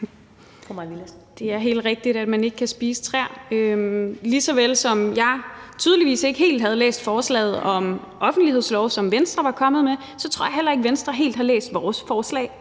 Det er helt rigtigt, at man ikke kan spise træer. Lige så vel som jeg tydeligvis ikke helt havde læst forslaget om offentlighedslov, som Venstre var kommet med, så tror jeg heller ikke, at Venstre helt har læst vores forslag